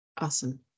Awesome